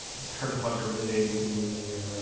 it's hard to watch over. there's eighty two games a year, right?